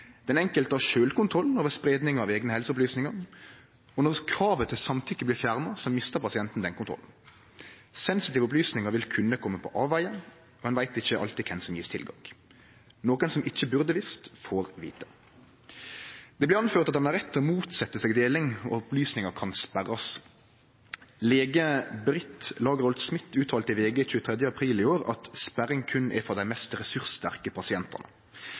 Den enkelte har sjølv kontrollen over spreiinga av eigne helseopplysningar, og når kravet til samtykke blir fjerna, mistar pasienten den kontrollen. Sensitive opplysningar vil kunne kome på avvegar, og ein veit ikkje alltid kven som får tilgang. Nokon som ikkje burde ha visst, får vite. Det blir notert at ein har rett til å motsetje seg deling, og at opplysningar kan sperrast. Lege Britt Lagerholt Smith uttalte til VG 23. april i år at sperring er berre for dei mest ressurssterke pasientane.